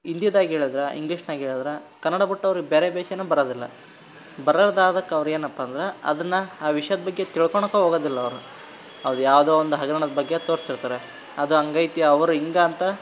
ಹಿಂದಿಯಲ್ಲಿ ಹೇಳಿದ್ರೆ ಇಂಗ್ಲೀಷ್ನಲ್ಲಿ ಹೇಳಿದ್ರೆ ಕನ್ನಡ ಬಿಟ್ ಅವ್ರಿಗೆ ಬೇರೆ ಭಾಷೆನೂ ಬರೋದಿಲ್ಲ ಬರ್ಲಾರ್ದಕ್ಕೆ ಅವ್ರು ಏನಪ್ಪ ಅಂದ್ರೆ ಅದನ್ನು ಆ ವಿಷ್ಯದ ಬಗ್ಗೆ ತಿಳ್ಕೊಳೋಕ್ಕು ಹೋಗೋದಿಲ್ಲ ಅವರು ಅದುಯಾವ್ದೋ ಒಂದು ಹಗರಣದ್ ಬಗ್ಗೆ ತೋರಿಸ್ತಿರ್ತಾರೆ ಅದು ಹಾಗಿದೆ ಅವರು ಹೀಗಾ ಅಂತ